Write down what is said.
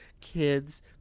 kids